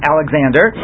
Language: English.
Alexander